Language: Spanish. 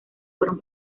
fueron